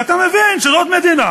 ואתה מבין שזאת מדינה